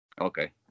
okay